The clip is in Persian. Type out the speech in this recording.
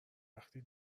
وقتی